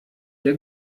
der